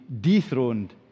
dethroned